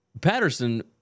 Patterson